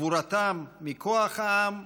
גבורתם היא מכוח העם,